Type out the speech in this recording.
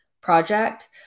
project